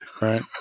Right